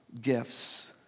gifts